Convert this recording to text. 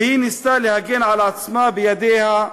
והיא ניסתה להגן על עצמה בידיה,